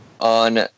on